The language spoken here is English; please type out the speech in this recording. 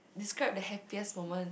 describe the happiest moment